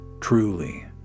truly